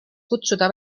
kutsuda